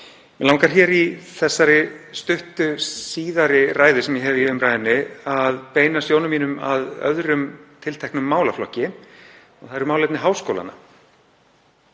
Mig langar í þessari stuttu síðari ræðu sem ég hef í umræðunni að beina sjónum mínum að öðrum tilteknum málaflokki og það eru málefni háskólanna.